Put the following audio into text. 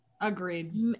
agreed